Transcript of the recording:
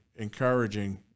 encouraging